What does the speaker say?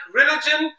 religion